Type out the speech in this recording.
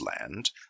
land